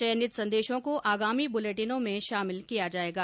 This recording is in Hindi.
चयनित संदेशों को आगामी बुलेटिनों में शामिल किया जाएगा